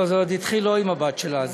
זה עוד התחיל לא עם הבת שלה,